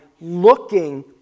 looking